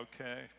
okay